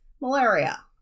malaria